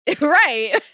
Right